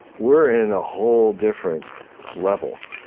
we're in a whole different level.